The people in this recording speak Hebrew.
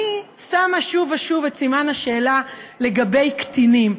אני שמה שוב ושוב את סימן השאלה לגבי קטינים: